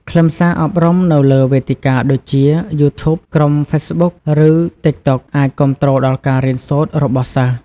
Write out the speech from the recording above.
ខ្លឹមសារអប់រំនៅលើវេទិកាដូចជា YouTube ក្រុម Facebook ឬ TikTok អាចគាំទ្រដល់ការរៀនសូត្ររបស់សិស្ស។